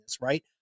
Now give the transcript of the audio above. right